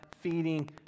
feeding